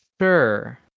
sure